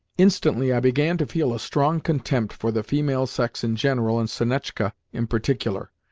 instantly, i began to feel a strong contempt for the female sex in general and sonetchka in particular.